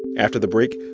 after the break,